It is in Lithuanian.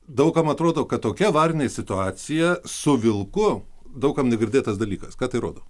daug kam atrodo kad tokia avarinė situacija su vilku daug kam negirdėtas dalykas ką tai rodo